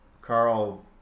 Carl